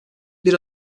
bir